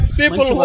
people